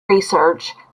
research